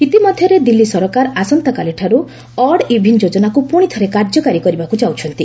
ଇତିମଧ୍ୟରେ ଦିଲ୍ଲୀ ସରକାର ଆସନ୍ତାକାଲିଠାରୁ ଅଡ୍ ଇଭିନ୍ ଯୋଜନାକୁ ପୁଶି ଥରେ କାର୍ଯ୍ୟକାରୀ କରିବାକୁ ଯାଉଛନ୍ତି